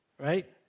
Right